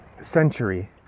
Century